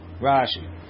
Rashi